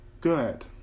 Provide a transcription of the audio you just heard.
good